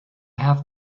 have